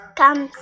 come